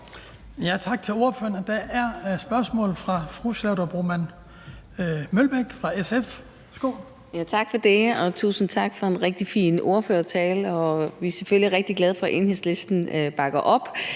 Mølbæk fra SF. Værsgo. Kl. 17:31 Charlotte Broman Mølbæk (SF): Tak for det, og tusind tak for en rigtig fin ordførertale. Vi er selvfølgelig rigtig glade for, at Enhedslisten bakker op,